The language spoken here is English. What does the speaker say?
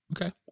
Okay